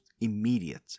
immediate